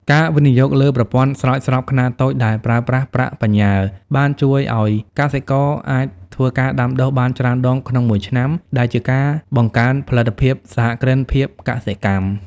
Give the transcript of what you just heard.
ការវិនិយោគលើប្រព័ន្ធស្រោចស្រពខ្នាតតូចដែលប្រើប្រាស់ប្រាក់បញ្ញើ បានជួយឱ្យកសិករអាចធ្វើការដាំដុះបានច្រើនដងក្នុងមួយឆ្នាំ ដែលជាការបង្កើនផលិតភាពសហគ្រិនភាពកសិកម្ម។